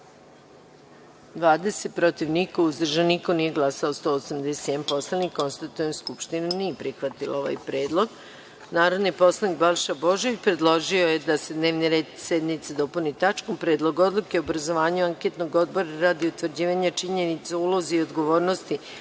20, protiv – niko, uzdržanih – nema, nije glasao 181 poslanik. Konstatujem da Skupština nije prihvatila ovaj predlog. Narodni poslanik Balša Božović predložio je da se dnevni red sednice dopuni tačkom Predlog odluke o obrazovanju anketnog odbora radi utvrđivanja činjenica o ulozi i odgovornosti